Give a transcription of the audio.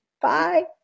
Bye